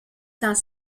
dans